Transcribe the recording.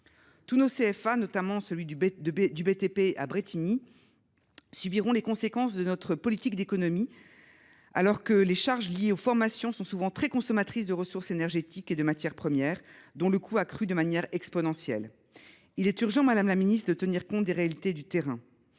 publics (BTP) de Brétigny sur Orge, subiront les conséquences de cette politique d’économies alors que les charges liées aux formations sont souvent très consommatrices de ressources énergétiques et de matières premières, dont le coût a crû de manière exponentielle. Il est urgent de tenir compte des réalités du terrain,